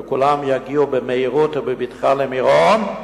וכולם יגיעו במהירות ובבטחה למירון,